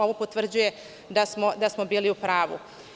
Ovo potvrđuje da smo bili u pravu.